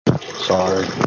Sorry